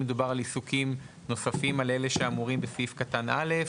מדובר על אלה שאמורים בסעיף קטן (א),